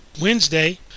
Wednesday